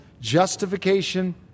justification